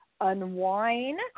unwind